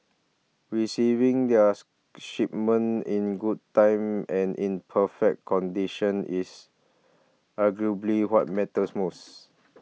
receiving their shipment in good time and in perfect condition is arguably what matters most